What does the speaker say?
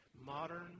modern